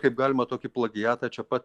kaip galima tokį plagiatą čia pat